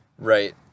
Right